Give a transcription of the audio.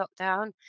lockdown